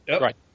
Right